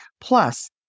Plus